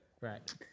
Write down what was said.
Right